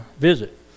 visit